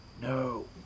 No